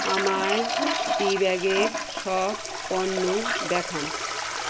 আমায় টিব্যাগের সব পণ্য দেখান